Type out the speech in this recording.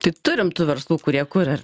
tai turim tų verslų kurie kuria ar